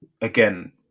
again